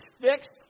fixed